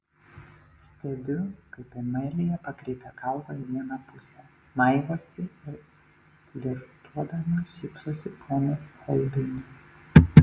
stebiu kaip amelija pakreipia galvą į vieną pusę maivosi ir flirtuodama šypsosi ponui holbeinui